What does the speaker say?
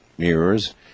Mirrors